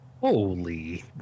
Holy